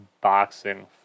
boxing